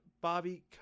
Bobby